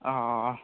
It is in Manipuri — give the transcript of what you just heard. ꯑꯧ